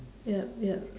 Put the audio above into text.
yup yup